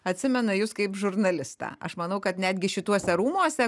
atsimena jus kaip žurnalistą aš manau kad netgi šituose rūmuose